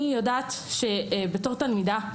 בתור תלמידה,